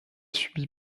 subi